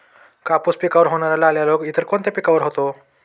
कापूस पिकावर होणारा लाल्या रोग इतर कोणत्या पिकावर होतो?